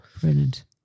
Brilliant